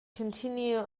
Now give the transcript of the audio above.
continue